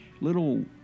little